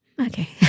okay